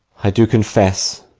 i do confess